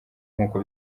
nk’uko